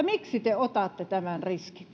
miksi te otatte tämän